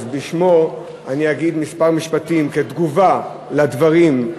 בשמו אגיד כמה משפטים כתגובה על הדברים,